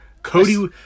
Cody